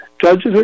Judges